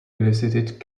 elicited